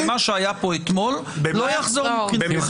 מה שהיה פה אתמול, לא יחזור מבחינתנו.